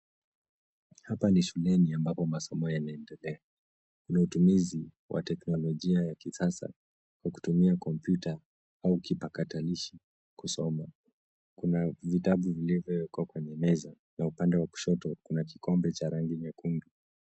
Hapa ni shuleni ambapo masomo yanaendelea. Kuna utumizi wa teknolojia ya kisasa, wa kutumia kompyuta au kipakatalishi, kusoma. Kuna vitabu vilivyowekwa kwenye meza na upande wa kushoto, kuna kikombe cha rangi nyekundu.